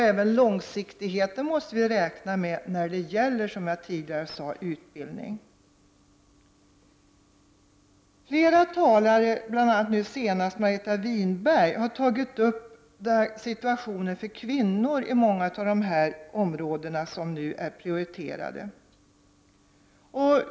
Även långsiktigheten måste vi, som jag sade tidigare, räkna med när det gäller utbildning. Flera talare, bl.a. nu senast Margareta Winberg, har tagit upp situationen för kvinnorna i många av de områden som nu är prioriterade.